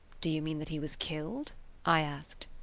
do you mean that he was killed i asked.